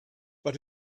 but